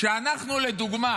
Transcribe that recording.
כשאנחנו לדוגמה